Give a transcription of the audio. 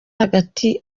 agati